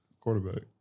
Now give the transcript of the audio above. Quarterback